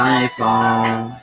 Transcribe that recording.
iPhone